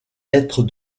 être